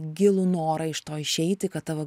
gilų norą iš to išeiti kad tavo